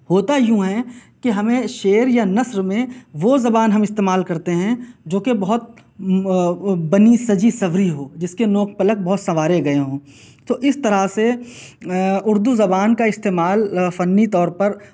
ہوتا یوں ہے کہ ہمیں شعر یا نثر میں وہ زبان ہم استعمال کرتے ہیں جو کہ بہت بنی سجی سنوری ہو جس کے نوک پلک بہت سنوارے گئے ہوں تو اس طرح سے اردو زبان کا استعمال فنی طور پر